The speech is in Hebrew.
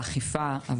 באכיפה.